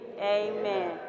Amen